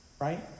right